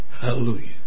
Hallelujah